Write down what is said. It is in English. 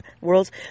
worlds